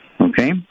okay